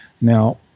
Now